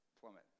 plummet